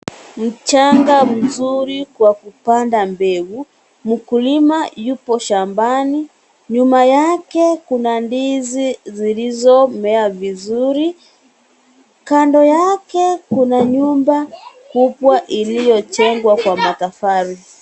Mchanga mzuri kwa kupanda mbegu. Mkulima yupo shambani. Nyuma yake, kuna ndizi zilizomea vizuri. Kando yake, kuna nyumba kubwa iliyojengwa kwa matofali.